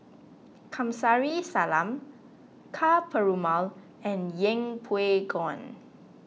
Kamsari Salam Ka Perumal and Yeng Pway Ngon